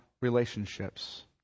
relationships